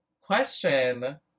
Question